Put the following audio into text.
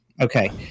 Okay